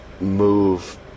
move